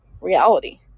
reality